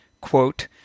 quote